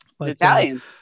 Italians